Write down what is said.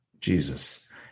Jesus